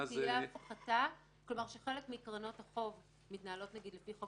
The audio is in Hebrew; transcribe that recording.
זה --- כלומר שחלק מקרנות החוב מתנהלות לפי חוק